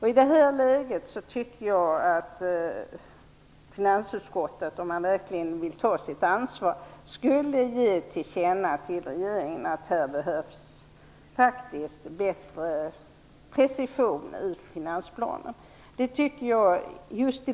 I det här läget tycker jag att finansutskottet, om man verkligen vill ta sitt ansvar, skulle ge till känna till regeringen att det behövs bättre precisioner i finansplanen.